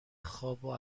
خوابو